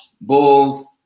Bulls